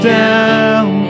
down